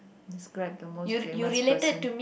describe the most famous person